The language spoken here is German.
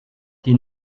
die